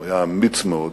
הוא היה אמיץ מאוד,